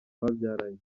babyaranye